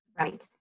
Right